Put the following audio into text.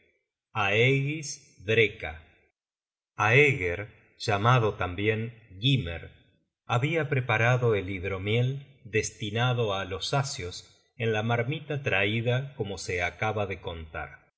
aeger llamado tambien gymer habia preparado el hidromiel destinado a los asios en la marmita traida como se acaba de contar